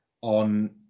on